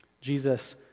Jesus